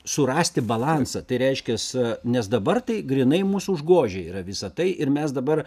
surasti balansą tai reiškias nes dabar tai grynai mus užgožia yra visa tai ir mes dabar